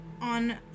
on